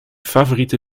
favoriete